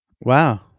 Wow